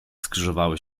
skrzyżowały